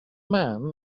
man